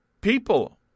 People